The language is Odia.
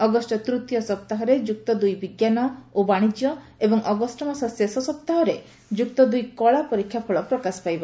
ଅଗଷ୍ ତୂତୀୟ ସପ୍ତାହରେ ଯୁକ୍ତ ଦୁଇ ବିଙ୍କାନ ଓ ବାଣିଜ୍ୟ ଏବଂ ଅଗଷ୍ଟମାସ ଶେଷ ସୁଦ୍ଧା ଯୁକ୍ତ ଦୁଇ କଳା ପରୀକ୍ଷାଫଳ ପ୍ରକାଶ ପାଇବ